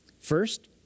First